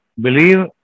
Believe